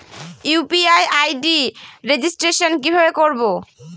UPI ID registration কিভাবে করব?